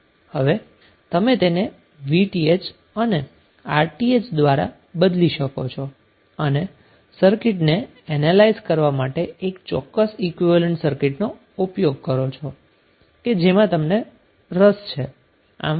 હવે તમે તેને VTh અને Rth દ્વારા બદલી શકો છો અને સર્કિટને એનેલાઈઝ કરવા માટે આ એક ચોક્કસ ઈક્વીવેલેન્ટ સર્કિટનો ઉપયોગ કરો છો જેમાં તમે રસ ધરાવો છો